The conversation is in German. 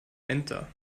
enter